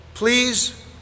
Please